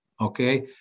Okay